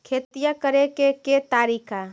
खेतिया करेके के तारिका?